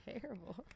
terrible